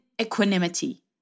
equanimity